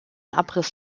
abriss